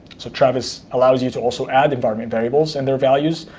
so travis allows you to also add environment variables and their values.